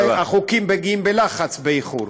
אז החוקים מגיעים בלחץ, באיחור.